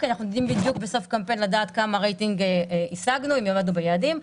אנחנו יודעים בדיוק בסוף קמפיין כמה רייטינג השגנו ואם עמדנו ביעדים,